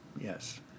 yes